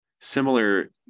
similar